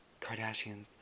Kardashians